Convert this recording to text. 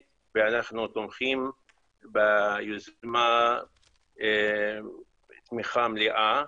ואנחנו תומכים ביוזמה תמיכה מלאה.